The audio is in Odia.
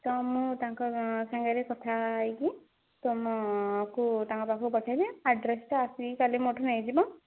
ତ ମୁଁ ତାଙ୍କ ସାଙ୍ଗରେ କଥା ହେଇକି ତମକୁ ତାଙ୍କ ପାଖକୁ ପଠେଇବି ଆଡ୍ରେସ୍ଟା ଆସିକି କାଲି ମୋ'ଠୁ ନେଇଯିବ